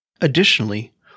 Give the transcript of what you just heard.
Additionally